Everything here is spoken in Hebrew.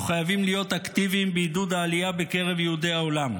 אנחנו חייבים להיות אקטיביים בעידוד העלייה בקרב יהודי העולם.